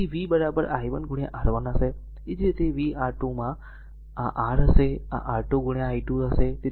તેથી v i1 R1 હશે અને તે જ રીતે v r 2 માં r હશે આ r 2 i2 હશે